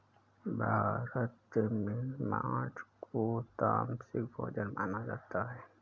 भारत में माँस को तामसिक भोजन माना जाता है